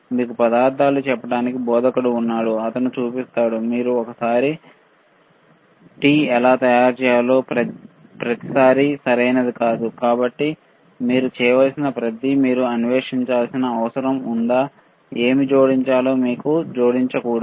మీకు పదార్థాలు చెప్పడానికి బోధకుడు ఉన్నాడు అతను చూపిస్తాడు మీరు ఒక సారి టీ ఎలా తయారు చేయాలో ప్రతిసారీ కాదుసరే కాబట్టి మీరు చేయాల్సిన ప్రతిసారీ ఏమి జోడించాలో ఏమి జోడించకూడదు పరికరాలను ఎలా ఉపయోగించాలి అని మీరు అన్వేషించాల్సిన అవసరం ఉంది